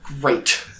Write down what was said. Great